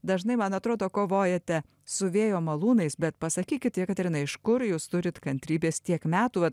dažnai man atrodo kovojate su vėjo malūnais bet pasakykit jekaterina iš kur jūs turit kantrybės tiek metų vat